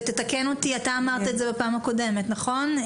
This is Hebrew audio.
ותתקן אותי, אתה אמרת את זה בפעם הקודמת, נכון?